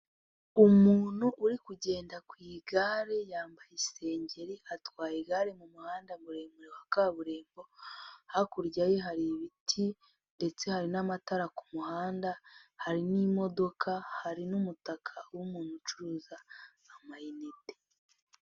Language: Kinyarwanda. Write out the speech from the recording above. Umuntu uri kugenda ku igare yambaye isengeri atwaye igare mu muhanda muremure wa kaburimbo, hakurya ye hari ibiti ndetse hari n'amatara ku muhanda, hari n'imodoka, hari n'umutaka w'umuntu ucuruza amayinite.